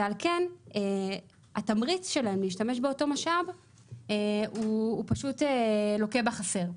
ועל כן התמריץ שלהם להשתמש באותו משאב הוא פשוט לוקה בחסר.